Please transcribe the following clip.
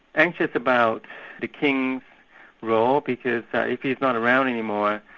anxious about the king's role, because if he's not around any more,